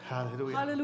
Hallelujah